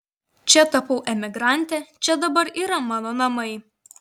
čia tapau emigrante čia dabar yra mano namai